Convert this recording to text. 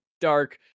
dark